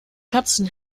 katzen